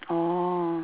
orh